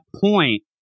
point